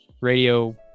radio